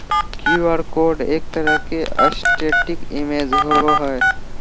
Q R code एक तरह के स्टेटिक इमेज होबो हइ